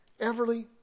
Everly